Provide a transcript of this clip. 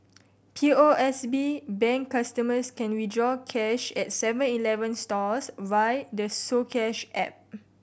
P O S B Bank customers can withdraw cash at Seven Eleven stores via the soCash app